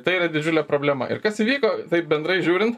tai yra didžiulė problema ir kas įvyko taip bendrai žiūrint